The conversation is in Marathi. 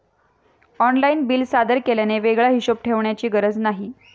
ऑनलाइन बिल सादर केल्याने वेगळा हिशोब ठेवण्याची गरज नाही